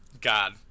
God